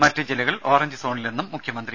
മറ്റു ജില്ലകൾ ഓറഞ്ച് സോണിലെന്നും മുഖ്യമന്ത്രി